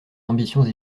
ambitions